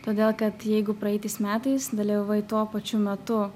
todėl kad jeigu praeitais metais dalyvavai tuo pačiu metu